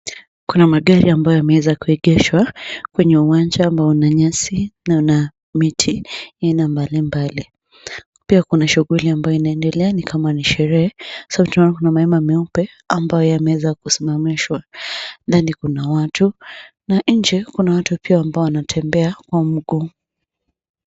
Kuna magari ambayo yameweza kuegeshwa kwenye uwanja ambao una nyasi, na una miti aina mbalimbali. Pia kuna shughuli ambayo inaendelea ni kama ni sherehe. Kwa sababu tunaona kuna mahema meupe ambayo yameweza kusimamishwa. Ndani kuna watu, na nje kuna watu pia ambao wanatembea kwa mguu.